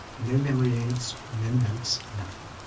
no memory aids, no notes, nothing.